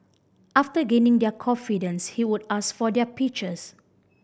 after gaining their confidence he would ask for their pictures